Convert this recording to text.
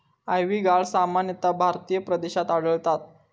ivy gourd सामान्यतः भारतीय प्रदेशात आढळता